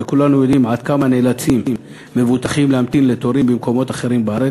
וכולנו יודעים עד כמה נאלצים מבוטחים להמתין לתורים במקומות אחרים בארץ,